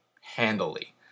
handily